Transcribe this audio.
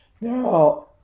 Now